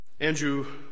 Andrew